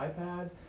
iPad